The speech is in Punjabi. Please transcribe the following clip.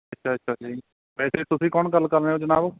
ਅੱਛਾ ਅੱਛਾ ਜੀ ਵੈਸੇ ਤੁਸੀਂ ਕੌਣ ਗੱਲ ਕਰ ਰਹੇ ਹੋ ਜਨਾਬ